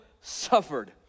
suffered